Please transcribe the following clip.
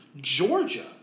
Georgia